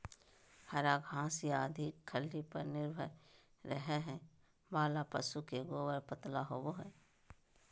हरा घास या अधिक खल्ली पर निर्भर रहे वाला पशु के गोबर पतला होवो हइ